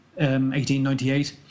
1898